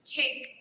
take